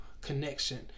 connection